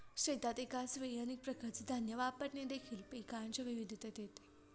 शेतात एकाच वेळी अनेक प्रकारचे धान्य वापरणे देखील पिकांच्या विविधतेत येते